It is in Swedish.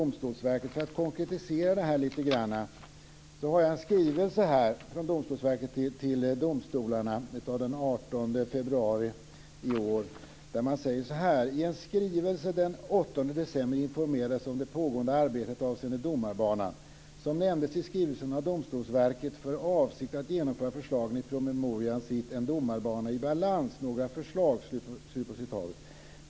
Men för att konkretisera detta lite grann har jag här en skrivelse från Domstolsverket till domstolarna från den 18 februari i år. Man skriver så här: "I en skrivelse den 8 december informerades om det pågående arbetet avseende domarbanan. Som nämndes i skrivelsen har Domstolsverket för avsikt att genomföra förslagen i promemorian 'En domarbana i balans - några förslag'.